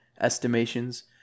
estimations